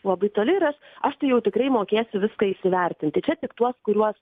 labai toli ir aš aš tai jau tikrai mokėsiu viską įsivertinti čia tik tuos kuriuos